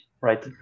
right